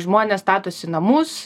žmonės statosi namus